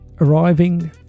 arriving